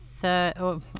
third